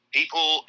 People